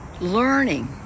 learning